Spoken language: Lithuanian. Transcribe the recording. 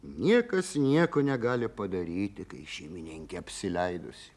niekas nieko negali padaryti kai šeimininkė apsileidusi